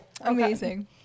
Amazing